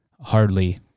hardly